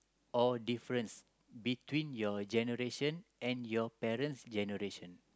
or difference between your generation and your parent's generation